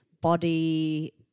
body